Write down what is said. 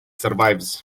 survives